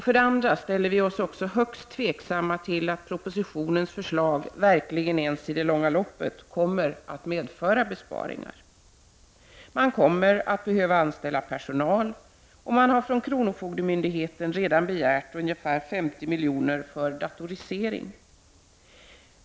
För det andra ställer vi oss högst tveksamma till att propositionens förslag verkligen ens i det långa loppet kommer att medföra besparingar. Man kommer att behöva anställa personal, och man har från kronofogdemyndigheten redan begärt ungefär 50 miljoner för datorisering.